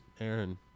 Aaron